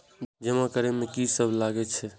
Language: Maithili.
जमा करे में की सब लगे छै?